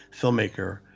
filmmaker